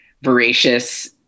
voracious